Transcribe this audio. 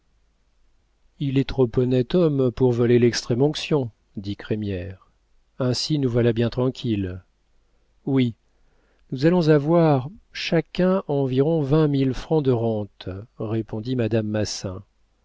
il est trop honnête homme pour voler lextrême onction dit crémière ainsi nous voilà bien tranquilles oui nous allons avoir chacun environ vingt mille francs de rente répondit madame massin